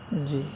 جی